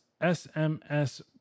SMS